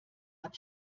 hat